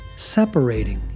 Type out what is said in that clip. separating